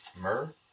myrrh